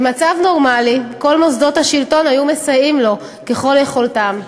במצב נורמלי כל מוסדות השלטון היו מסייעים לו ככל יכולתם,